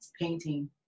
painting